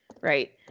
Right